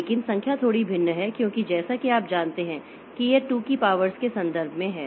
लेकिन संख्या थोड़ी भिन्न है क्योंकि जैसा कि आप जानते हैं कि यह 2 की पावर्स के संदर्भ में है